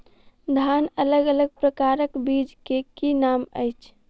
धान अलग अलग प्रकारक बीज केँ की नाम अछि?